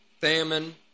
famine